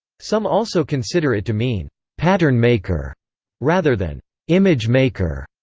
some also consider it to mean pattern maker rather than image maker,